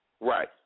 Right